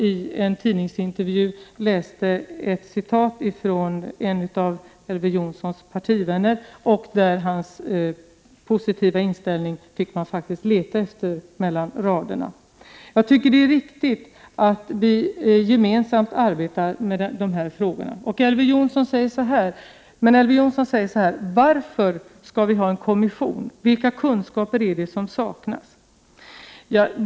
I en tidningsintervju kunde jag nämligen läsa ett citat av en av Elver Jonssons partivänner. Denna partiväns positiva inställning fick man faktiskt leta efter mellan raderna. Jag tycker att det är riktigt att vi gemensamt arbetar med dessa frågor. Men Elver Jonsson frågar varför vi skall ha en kommission och vilka kunskaper det är som saknas.